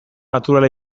naturala